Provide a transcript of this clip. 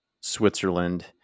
Switzerland